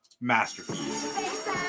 masterpiece